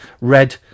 Red